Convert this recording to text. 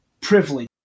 privilege